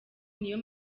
niyo